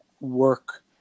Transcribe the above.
work